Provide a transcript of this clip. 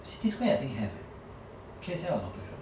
city square I think have leh K_S_L I not too sure